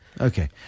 Okay